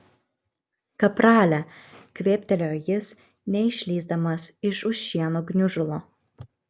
kaprale kvėptelėjo jis neišlįsdamas iš už šieno gniužulo